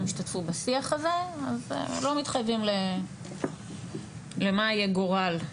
ישתתפו בשיח הזה אז הם לא מתחייבים למה יהיה גורל ,